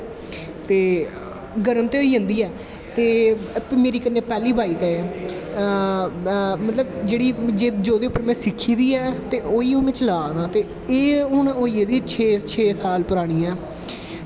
ते गर्म ते होई जंदी ऐ ते मेरी एह् पैह्ली बाईक ऐ जेह्दे पर में सिक्खी दी ऐ ते ओह् ई में चला ना ते एह् हून होई गेदी छे साल पुरानी ऐ